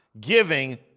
giving